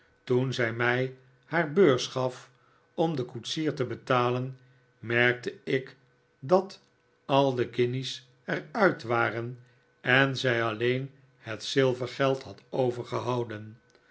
toen zij mij haar beurs gaf om den koetsier te betalen merkte ik dat al de guinjes er uit waren en zij alleen het zilvergeld had overgehouden